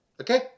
Okay